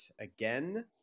again